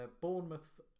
Bournemouth